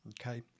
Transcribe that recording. okay